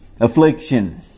affliction